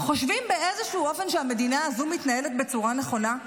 חושבים באיזשהו אופן שהמדינה הזו מתנהלת בצורה נכונה?